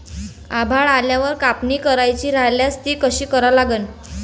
आभाळ आल्यावर कापनी करायची राह्यल्यास ती कशी करा लागन?